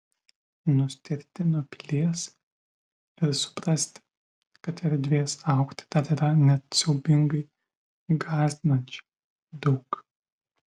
nustėrti nuo pilies ir suprasti kad erdvės augti dar yra net siaubingai gąsdinančiai daug